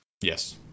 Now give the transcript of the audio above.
Yes